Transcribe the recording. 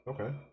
Okay